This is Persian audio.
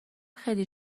خیلی